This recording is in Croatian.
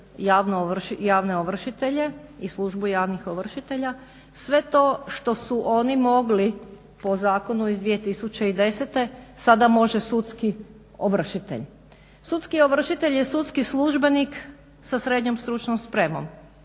javne ovršitelje i službu javnih ovršitelja sve to što su oni mogli po zakonu iz 2010. sada može sudski ovršitelj. Sudski ovršitelj je sudski službenik sa srednjom stručnom spremom